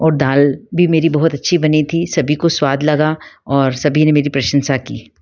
और दाल भी मेरी बहुत अच्छी बनी थी सभी को स्वाद लगा और सभी ने मेरी प्रशंसा की